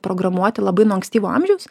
programuoti labai nuo ankstyvo amžiaus